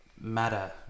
matter